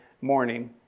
morning